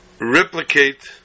replicate